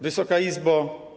Wysoka Izbo!